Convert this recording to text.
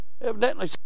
Evidently